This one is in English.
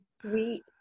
Sweet